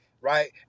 right